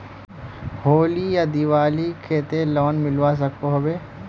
होली या दिवालीर केते लोन मिलवा सकोहो होबे?